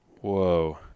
Whoa